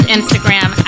Instagram